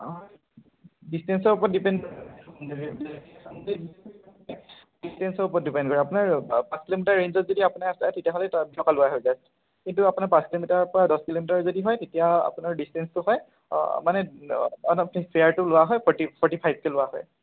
ডিচটেনচৰ ওপৰত ডিপেণ্ড ডিচটেনচৰ ওপৰত ডিপেণ্ড কৰে আপোনাৰ পাচঁ কিলোমিটাৰত ৰেঞ্জত যদি আপোনাৰ তেতিয়া হ'লে লোৱা হৈ যায় কিন্তু আপোনাৰ পাঁচ কিলোমিটাৰৰ পৰা দহ কিলোমিটাৰ যদি হয় তেতিয়া আপোনাৰ ডিচটেনচটো হয় মানে তেতিয়া ফেয়াৰটো লোৱা হয় ফৰটি ফৰটি ফাইভকে লোৱা হয়